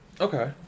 Okay